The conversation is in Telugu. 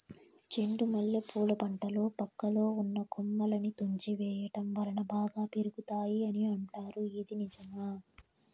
చెండు మల్లె పూల పంటలో పక్కలో ఉన్న కొమ్మలని తుంచి వేయటం వలన బాగా పెరుగుతాయి అని అంటారు ఇది నిజమా?